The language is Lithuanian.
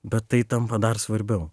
bet tai tampa dar svarbiau